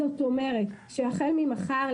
זאת אומרת שהחל ממחר,